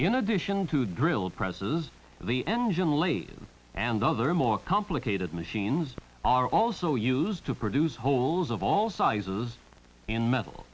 in addition to drill presses the engine laden and other more complicated machines are also used to produce holes of all sizes in metal